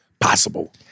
possible